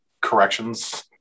corrections